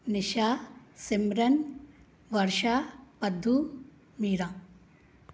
Nisha Simran Varsha Madhu Meera